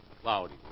cloudy